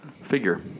figure